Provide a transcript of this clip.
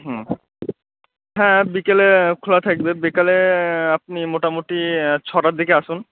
হুম হ্যাঁ বিকেলে খোলা থাকবে বিকালে আপনি মোটামুটি ছটার দিকে আসুন